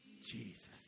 Jesus